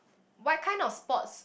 what kind of sports